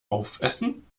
aufessen